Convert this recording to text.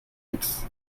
fix